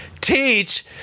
teach